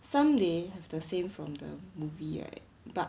some they have the same from the movie right but